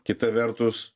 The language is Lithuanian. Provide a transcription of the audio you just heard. kita vertus